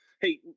Hey